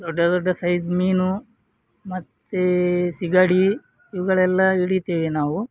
ದೊಡ್ಡ ದೊಡ್ಡ ಸೈಜ್ ಮೀನು ಮತ್ತು ಸೀಗಡಿ ಇವುಗಳೆಲ್ಲ ಹಿಡಿತೇವೆ ನಾವು